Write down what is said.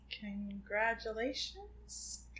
congratulations